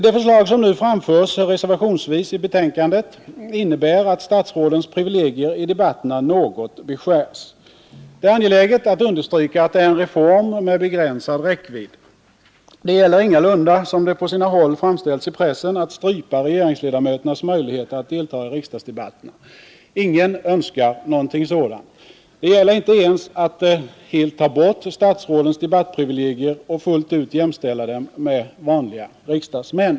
Det förslag som nu framförts reservationsvis i betänkandet innebär att statsrådens privilegier i debatterna något beskärs. Det är angeläget att understryka att det är en reform med begränsad räckvidd. Det gäller ingalunda, som det på sina håll framställts i pressen, att strypa regeringsledamöternas möjlighet att delta i riksdagsdebatterna. Ingen önskar någonting sådant. Det gäller inte ens att helt ta bort statsrådens debattprivilegier och fullt ut jämställa statsråden med vanliga riksdagsmän.